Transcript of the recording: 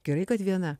gerai kad viena